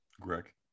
Greg